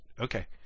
Okay